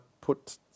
put